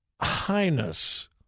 highness